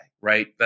right